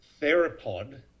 theropod